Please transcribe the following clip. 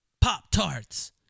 Pop-tarts